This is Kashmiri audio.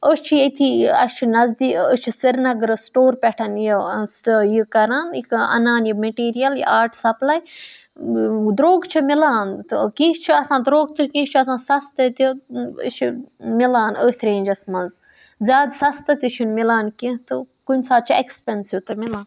أسۍ چھِ ییٚتھی اَسہِ چھُ أسۍ چھِ سرینَگرٕ سٕٹور پٮ۪ٹھ یہِ یہِ کَران یہِ اَنان یہِ میٚٹیٖریَل یہِ آرٹ سَپلَے درٛوٚگ چھِ مِلان تہٕ کیٚنٛہہ چھِ آسان درٛوٚگ تہِ کیٚنٛہہ چھُ آسان سَستہٕ تہِ یہِ چھِ مِلان أتھۍ رینٛجَس مَنٛز زیادٕ سَستہٕ تہِ چھُنہٕ مِلان کیٚنٛہہ تہٕ کُنہِ ساتہٕ چھِ اٮ۪کٕسپٮ۪نسِو تہِ مِلان